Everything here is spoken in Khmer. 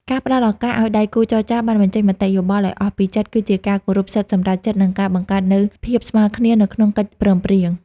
ការផ្តល់ឱកាសឱ្យដៃគូចរចាបានបញ្ចេញមតិយោបល់ឱ្យអស់ពីចិត្ត គឺជាការគោរពសិទ្ធិសម្រេចចិត្ត និងការបង្កើតនូវភាពស្មើគ្នានៅក្នុងកិច្ចព្រមព្រៀង។